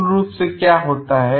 मूल रूप से क्या होता है